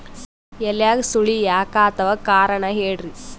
ಎಲ್ಯಾಗ ಸುಳಿ ಯಾಕಾತ್ತಾವ ಕಾರಣ ಹೇಳ್ರಿ?